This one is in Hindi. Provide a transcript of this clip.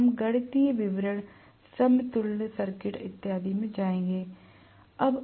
तब हम गणितीय विवरण समतुल्य सर्किट इत्यादि में जाएंगे